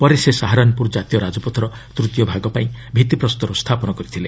ପରେ ସେ ସାହାରାନପୁର କାତୀୟ ରାଜପଥର ତୃତୀୟ ଭାଗ ପାଇଁ ଭିଭିପ୍ରସ୍ତର ସ୍ଥାପନ କରିଥିଲେ